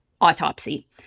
autopsy